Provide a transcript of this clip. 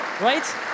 right